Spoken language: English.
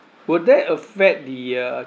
would that affect the uh